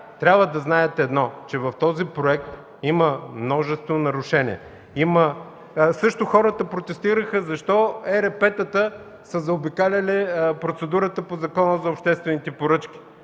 трябва да знаят едно, че в този проект има множество нарушения. Също така хората протестираха защо ЕРП-тата са заобикаляли процедурата по Закона за обществените поръчки?